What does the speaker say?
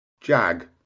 jag